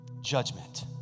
judgment